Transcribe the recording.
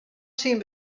syn